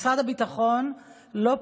משרד הביטחון לא פנה,